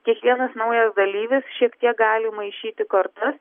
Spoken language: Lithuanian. kiekvienas naujas dalyvis šiek tiek gali maišyti kortas